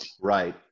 Right